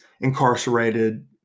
incarcerated